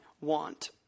want